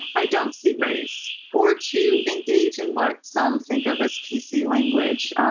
i don't see race, or to engage in what some think of as p. c. language.